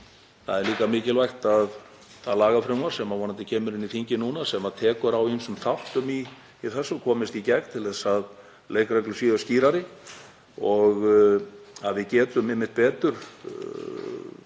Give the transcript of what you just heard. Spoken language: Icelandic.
Það er líka mikilvægt að það lagafrumvarp, sem vonandi kemur inn í þingið núna, sem tekur á ýmsum þáttum í þessu komist í gegn til þess að leikreglur séu skýrari og að við getum einmitt betur,